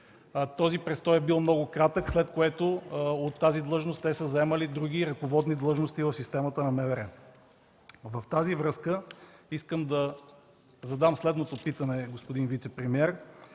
Този престой е бил много кратък, след което от тази длъжност те са заемали други ръководни длъжности в системата на МВР. Във връзка с това, господин вицепремиер,